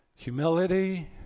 Humility